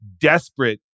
desperate